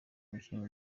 umukinnyi